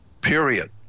Period